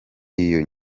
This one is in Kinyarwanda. iyo